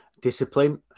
Discipline